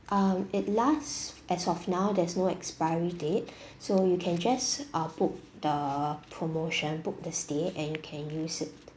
um it last as of now there's no expiry date so you can just uh book the promotion book the stay and can use it